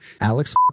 Alex